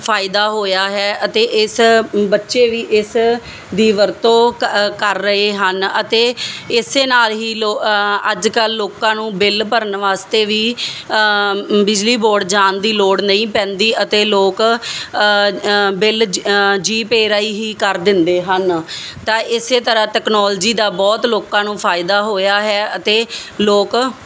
ਫਾਇਦਾ ਹੋਇਆ ਹੈ ਅਤੇ ਇਸ ਬੱਚੇ ਵੀ ਇਸ ਦੀ ਵਰਤੋਂ ਕ ਕਰ ਰਹੇ ਹਨ ਅਤੇ ਇਸੇ ਨਾਲ ਹੀ ਲੋ ਅੱਜ ਕੱਲ੍ਹ ਲੋਕਾਂ ਨੂੰ ਬਿੱਲ ਭਰਨ ਵਾਸਤੇ ਵੀ ਬਿਜਲੀ ਬੋਰਡ ਜਾਣ ਦੀ ਲੋੜ ਨਹੀਂ ਪੈਂਦੀ ਅਤੇ ਲੋਕ ਬਿੱਲ ਜੀ ਪੇ ਰਾਹੀਂ ਹੀ ਕਰ ਦਿੰਦੇ ਹਨ ਤਾਂ ਇਸੇ ਤਰ੍ਹਾਂ ਟੈਕਨੋਲਜੀ ਦਾ ਬਹੁਤ ਲੋਕਾਂ ਨੂੰ ਫਾਇਦਾ ਹੋਇਆ ਹੈ ਅਤੇ ਲੋਕ